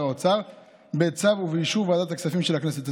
האוצר בצו ובאישור ועדת הכספים של הכנסת.